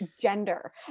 gender